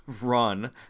run